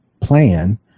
plan